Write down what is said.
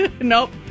Nope